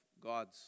God's